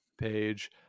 page